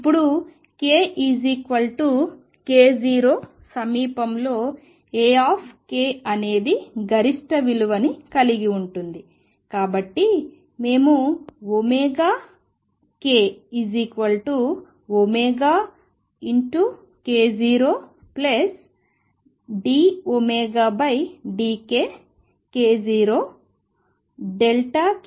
ఇప్పుడు k k0 సమీపంలో A అనేది గరిష్ట విలువని కలిగి ఉంటుంది కాబట్టి మేము ω k0dωdkk0 Δk గా విస్తరిస్తాము